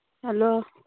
hello